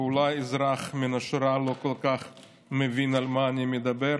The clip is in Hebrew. אולי אזרח מן השורה לא כל כך מבין על מה אני מדבר.